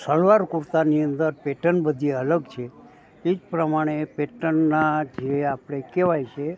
સલવાર કુરતાની અંદર પેટન બધી અલગ છે એ જ પ્રમાણે પેટનના જે આપણે કહેવાય છે